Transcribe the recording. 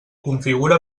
configura